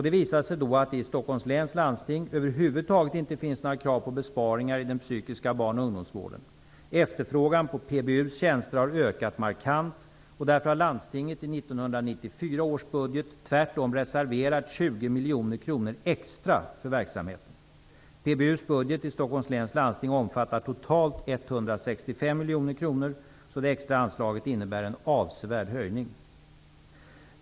Det visade sig då att det i Stockholms läns landsting över huvud taget inte finns några krav på besparingar i den psykiska barn och ungdomsvården. Efterfrågan på PBU:s tjänster har ökat markant och därför har landstinget i 1994 års budget tvärtom reserverat 20 miljoner kronor extra för verksamheten. PBU:s budget i Stockholms läns landsting omfattar totalt 165 miljoner kronor, så det extra anslaget innebär en avsevärd höjning.